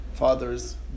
father's